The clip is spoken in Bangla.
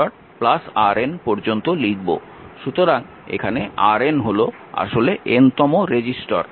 সুতরাং এখানে RN হল আসলে N তম রেজিস্টর